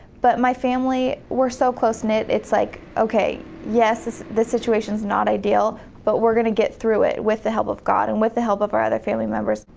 but my family, we're so close knit it's like, okay, yes this situation is not ideal, but we're going to get through it with the help of god, and with the help of our other family members.